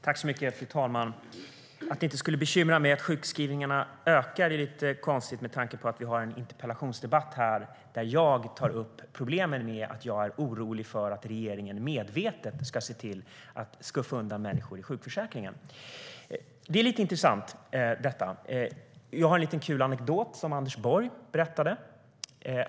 Fru ålderspresident! Att Annika Strandhäll hävdar att det inte skulle bekymra mig att sjukskrivningarna ökar verkar lite konstigt med tanke på att vi just nu debatterar en interpellation där jag tar upp att jag är orolig för att regeringen medvetet ska skuffa undan människor i sjukförsäkringen. Detta är lite intressant. Jag har en kul anekdot som Anders Borg berättade.